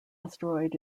asteroid